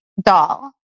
Doll